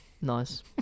Nice